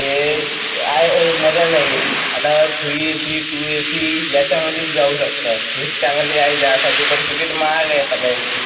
ये आहे मजा नाही आता three A C two A C याच्यामध्ये जाऊ शकता हे चांगले आहे ज्यासाठी पण टिकिट महाग आहे साला याची